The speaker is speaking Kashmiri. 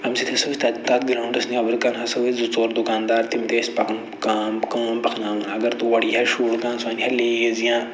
اَمہِ سۭتۍ ہسا ٲسۍ تَتھ گرٛاوُنڈَس نٮ۪برٕ کَنۍ ہسا ٲسۍ زٕ ژور دُکان دار تِم تہِ ٲسۍ پَک کام کٲم پَکناوان اَگر تور یی ہہ شُر کانٛہہ سُہ اَنہِ ہا لیز یا